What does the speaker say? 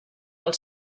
del